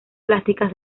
plásticas